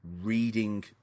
reading